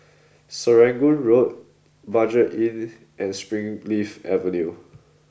Serangoon Road Budget Inn and Springleaf Avenue